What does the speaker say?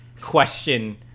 question